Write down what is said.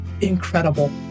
incredible